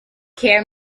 care